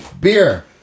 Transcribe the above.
beer